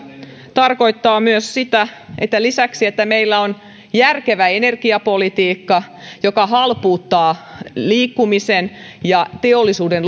tarkoittaa myös sitä että sen lisäksi että meillä on järkevä energiapolitiikka joka halpuuttaa liikkumisen ja teollisuuden